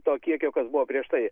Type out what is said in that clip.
to kiekio kas buvo prieš tai